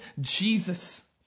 Jesus